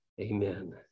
Amen